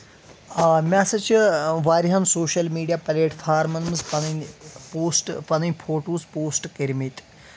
آ مےٚ ہسا چھُ واریاہَن سوشَل میٖڈیا پلیٹ فارمن منٛز پَنٕنۍ پوسٹ پنٕنۍ فوٹوٗز پوسٹ کٔرۍمٕتۍ